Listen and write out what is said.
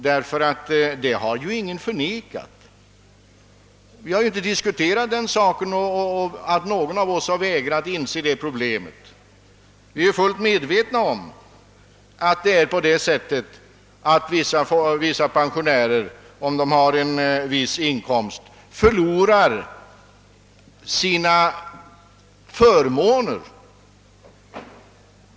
Vi har ju inte vägrat att diskutera problemet, utan vi är fullt medvetna om att vissa pensionärer förlorar sina inkomstprövade förmåner om de har en viss inkomst.